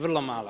Vrlo mala.